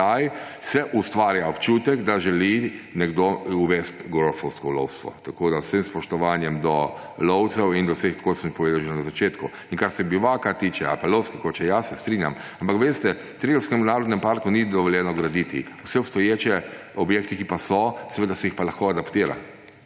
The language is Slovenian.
sedaj, se ustvarja občutek, da želi nekdo uvesti grofovsko lovstvo. Z vsem spoštovanjem do lovcev in do vseh, kot sem povedal že na začetku. Kar se bivaka tiče ali pa lovske koče, ja, se strinjam, ampak, veste, v Triglavskem narodnem parku ni dovoljeno graditi. Vse obstoječe objekte, ki pa so, se pa lahko adaptira.